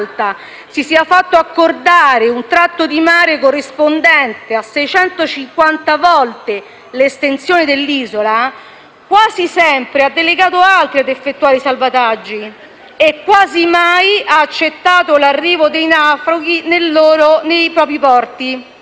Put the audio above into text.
si sia fatto accordare un tratto di mare corrispondente a 650 volte l'estensione dell'isola, quasi sempre ha delegato altri ad effettuare i salvataggi e quasi mai ha accettato l'arrivo dei naufraghi nei propri porti.